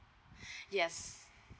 yes